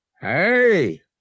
hey